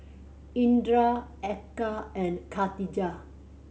Indra Eka and Katijah